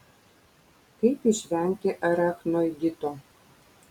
kaip išvengti arachnoidito